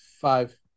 five